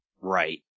Right